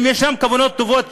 אם יש כוונות טובות,